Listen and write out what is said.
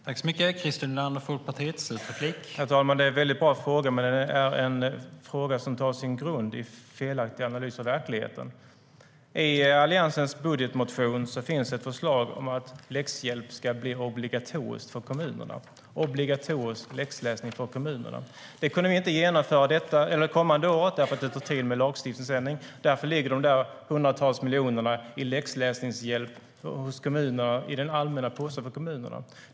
STYLEREF Kantrubrik \* MERGEFORMAT Utbildning och universitetsforskningI Alliansens budgetmotion finns ett förslag om att läxhjälp ska bli obligatorisk för kommunerna. Nu kunde vi inte genomföra detta under det kommande året eftersom det tar tid att genomföra ändringar i lagstiftningen. Därför ligger de hundratals miljonerna i läxläsningshjälp i den allmänna påsen för kommunerna.